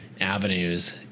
avenues